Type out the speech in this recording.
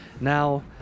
Now